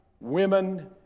women